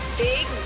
Big